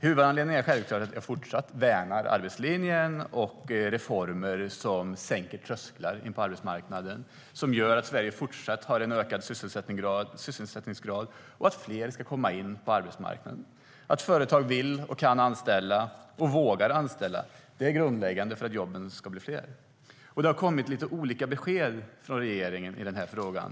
Huvudanledningen är självklart att jag fortsätter att värna arbetslinjen och reformer som sänker trösklar in på arbetsmarknaden, som gör att Sverige fortsätter att ha en ökad sysselsättningsgrad och att fler kommer in på arbetsmarknaden. Att företag vill, kan och vågar anställa är grundläggande för att jobben ska bli fler. Det har kommit lite olika besked från regeringen i den här frågan.